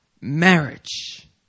marriage